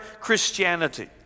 Christianity